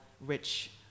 rich